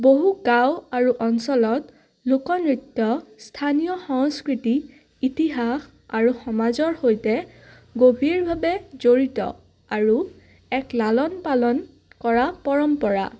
বহু গাঁও আৰু অঞ্চলত লোকনৃত্য স্থানীয় সংস্কৃতি ইতিহাস আৰু সমাজৰ সৈতে গভীৰভাৱে জড়িত আৰু এক লালন পালন কৰা পৰম্পৰা